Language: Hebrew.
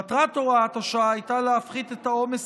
מטרת הוראת השעה הייתה להפחית את העומס